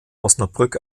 osnabrück